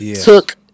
took